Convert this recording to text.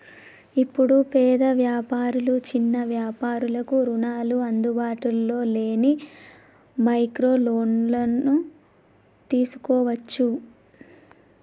ఇప్పుడు పేద వ్యాపారులు చిన్న వ్యాపారులకు రుణాలు అందుబాటులో లేని మైక్రో లోన్లను తీసుకోవచ్చు